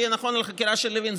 ויהיה נכון על חקירה של לוין.